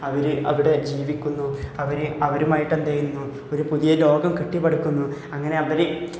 അവർ അവിടെ ജീവിക്കുന്നു അവർ അവരുമായിട്ട് എന്ത് ചെയ്യുന്നു ഒരു പുതിയ ലോകം കെട്ടിപ്പടുക്കുന്നു അങ്ങനെ അവർ